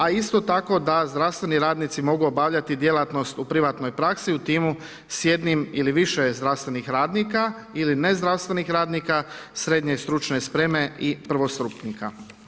A isto tako da zdravstveni radnici mogu obavljati djelatnost u privatnoj praksi u timu s jednim ili više zdravstvenih radnika ili nezdravstvenih radnika srednje stručne spreme i prvostupnika.